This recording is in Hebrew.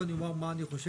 אבל אני אומר מה אני חושב.